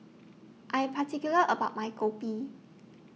I'm particular about My Kopi